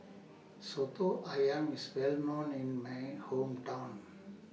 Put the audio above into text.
Soto Ayam IS Well known in My Hometown